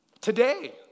today